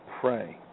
pray